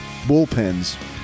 Bullpens